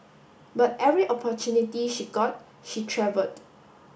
but every opportunity she got she travelled